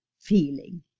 feeling